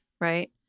Right